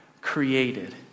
created